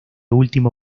último